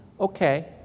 Okay